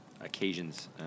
occasions